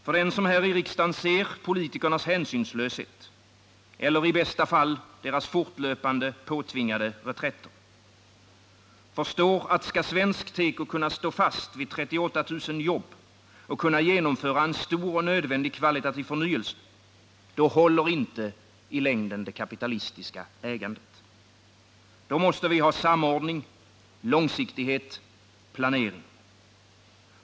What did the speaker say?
För den som här i riksdagen ser politikernas hänsynslöshet eller — i bästa fall — deras fortlöpande påtvingade reträtter förstår att skall svensk teko kunna stå fast vid 38 000 jobb och kunna genomföra en stor och nödvändig kvalitativ förnyelse, då håller inte i längden det kapitalistiska ägandet. Då måste vi ha samordning, långsiktighet och planering.